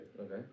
Okay